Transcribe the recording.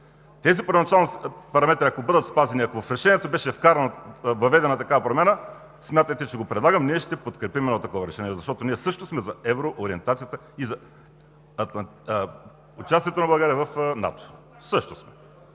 параметри бъдат спазени, ако в решението беше въведена такава промяна – смятайте, че го предлагам, ние ще подкрепим едно такова решение. Защото ние също сме за евроориентацията и за участието на България в НАТО